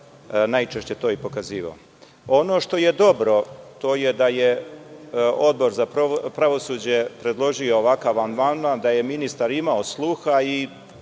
najčešće to i pokazivao. Ono što je dobro, to je da je Odbor za pravosuđe predložio ovakav amandman, da je ministar imao sluha i